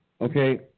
Okay